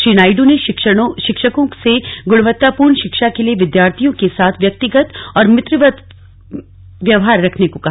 श्री नायडू ने शिक्षकों से गुणवत्तापूर्ण शिक्षा के लिए विद्यार्थियों के साथ व्यक्तिगत और मित्रवत व्यवहार रखने को कहा